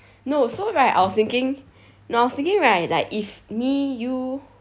no so right I was thinking no I was thinking right like if me you